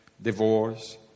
Divorce